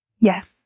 yes